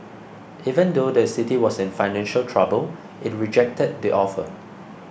even though the city was in financial trouble it rejected the offer